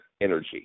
energy